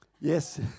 yes